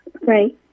Right